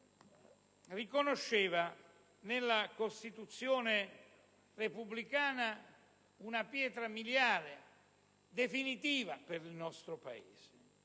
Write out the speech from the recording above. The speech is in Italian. riconosceva nella Costituzione repubblicana una pietra miliare definitiva per il nostro Paese.